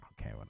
Okay